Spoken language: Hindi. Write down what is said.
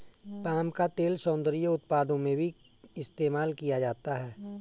पाम का तेल सौन्दर्य उत्पादों में भी इस्तेमाल किया जाता है